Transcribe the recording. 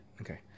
Okay